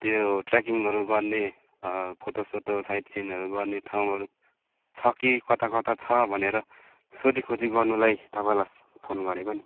त्यो ट्रेकिङहरू गर्ने फोटोसोटो साइट सिनहरू गर्ने ठाउँहरू छ कि कता कता छ भनेर सोधिखोजी गर्नुलाई तपाँईलाई फोन गरेको नि